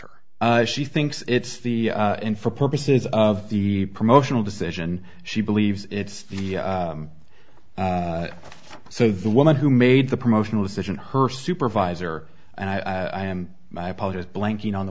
her she thinks it's the in for purposes of the promotional decision she believes it's the so the woman who made the promotional decision her supervisor and i am i apologize blanking on the